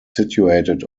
situated